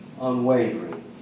unwavering